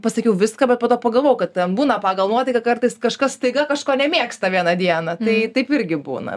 pasakiau viską bet po to pagalvojau kad būna pagal nuotaiką kartais kažkas staiga kažko nemėgsta vieną dieną tai taip irgi būna